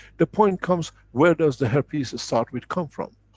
the point comes, where does the herpes start with, come from?